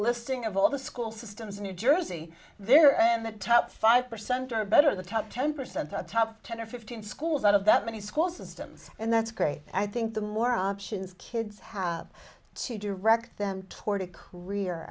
listing of all the school systems in new jersey there and the top five percent or better of the top ten percent top ten or fifteen schools out of that many school systems and that's great i think the more options kids have to direct them toward a career